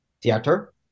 theater